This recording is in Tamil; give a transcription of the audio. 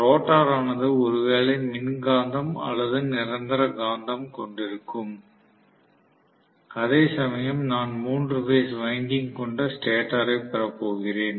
ரோட்டார் ஆனது ஒருவேளை மின்காந்தம் அல்லது நிரந்தர காந்தம் கொண்டிருக்கும் அதேசமயம் நான் மூன்று பேஸ் வைண்டிங் கொண்ட ஸ்டேட்டரைப் பெறப்போகிறேன்